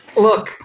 look